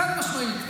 חד-משמעית.